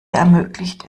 ermöglicht